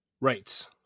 Right